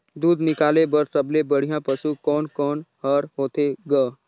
दूध निकाले बर सबले बढ़िया पशु कोन कोन हर होथे ग?